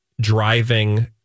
driving